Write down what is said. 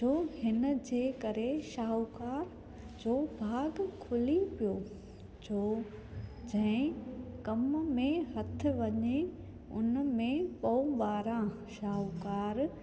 जो हिनजे करे शाहूकार जो भाॻु खुली पियो जो जंहिं कमु में हथु वञे हुन में पौ ॿारहां शाहूकार